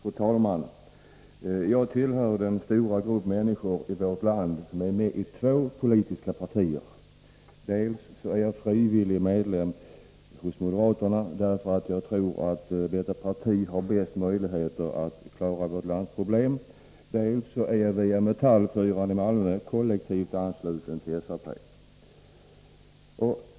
Fru talman! Jag tillhör den stora grupp människor i vårt land som är med i två politiska partier. Dels är jag frivillig medlem hos moderaterna, därför att jag tror att detta parti har de bästa möjligheterna att klara vårt lands problem, dels är jag via Metall 4 i Malmö kollektivansluten till SAP.